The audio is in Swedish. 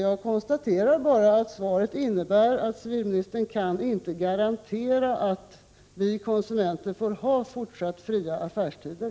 Jag konstaterar bara att svaret innebär att civilministern inte kan garantera att vi konsumenter får ha fortsatt fria affärstider.